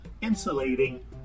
insulating